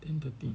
ten thirty